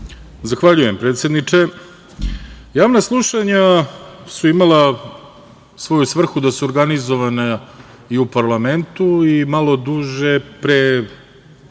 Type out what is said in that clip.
Zahvaljujem predsedniče. Javna slušanja su imala svoju svrhu da su organizovana i u parlamentu i malo duže, pre